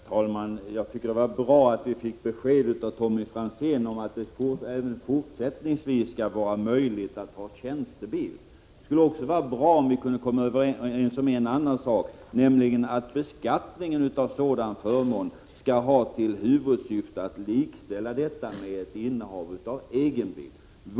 Herr talman! Jag tycker det var bra att vi fick besked av Tommy Franzén att det även fortsättningsvis skall vara möjligt att ha tjänstebil. Det skulle vara bra om vi också kunde komma överens om att beskattningen av sådan förmån skall ha till huvudsyfte att likställa tjänstebilen med innehav av egen bil.